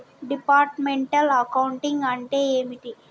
Departmental accounting అంటే ఏమిటి?